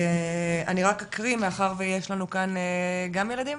אני רק אקריא: מאחר ויש לנו כאן גם ילדים,